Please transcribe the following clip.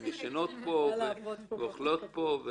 הן ישנות פה ואוכלות פה.